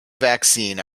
vaccine